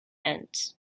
ends